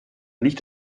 nicht